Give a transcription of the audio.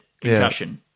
Concussion